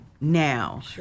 now